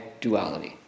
duality